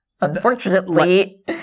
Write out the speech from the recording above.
Unfortunately